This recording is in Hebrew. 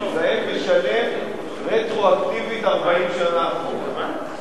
המזהם, משלם רטרואקטיבית 40 שנה אחורה.